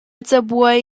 cabuai